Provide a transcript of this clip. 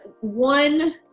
one